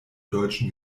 deutschen